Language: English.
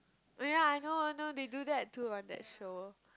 oh yea I know I know they do that too on that show